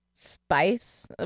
spice